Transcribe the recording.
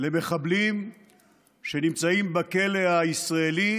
למחבלים שנמצאים בכלא הישראלי